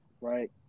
right